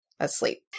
asleep